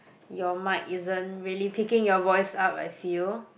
your mic isn't really picking your voice up I feel